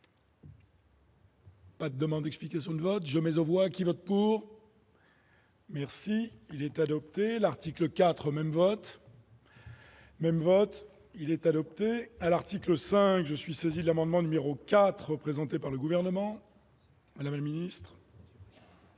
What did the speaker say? Pas demande explication de vote jeu mais on voit qu'ils votent pour. Merci, il est adopté l'article 4 même vote. Même vote il est adopté à l'article 5 je suis saisi l'amendement numéro 4 présenté par le gouvernement, la ministre.